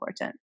important